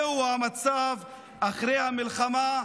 זהו המצב אחרי המלחמה,